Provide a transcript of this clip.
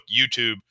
YouTube